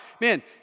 man